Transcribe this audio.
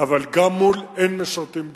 אבל גם מול אין-משרתים בכלל,